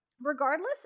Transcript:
regardless